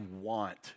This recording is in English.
want